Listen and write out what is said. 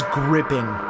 gripping